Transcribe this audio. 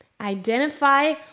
Identify